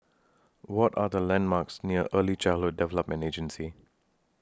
What Are The landmarks near Early Childhood Development Agency